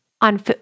on